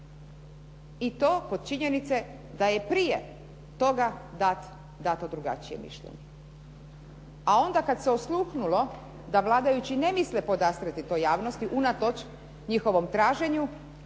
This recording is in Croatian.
I to kod činjenice da je prije toga dato drugačije mišljenje, a onda kad se osluhnulo da vladajući ne misle podastrijeti to javnosti, unatoč njihovom traženju